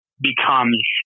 becomes